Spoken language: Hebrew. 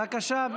בבקשה,